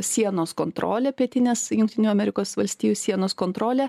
sienos kontrole pietines jungtinių amerikos valstijų sienos kontrole